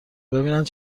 ببیند